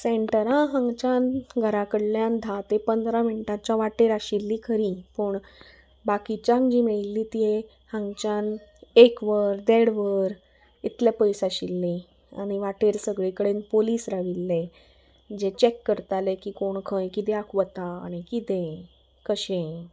सेंटरां हांगच्यान घरा कडल्यान धा ते पंदरा मिनटांच्या वाटेर आशिल्लीं खरी पूण बाकिच्यांक जी मेळिल्ली ती हांगच्यान एक वर देड वर इतले पयस आशिल्लीं आनी वाटेर सगळे कडेन पुलीस राविल्ले जे चॅक करताले की कोण खंय कित्याक वता आनी किदें कशें